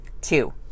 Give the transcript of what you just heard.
Two